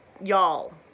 Y'all